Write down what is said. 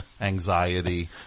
anxiety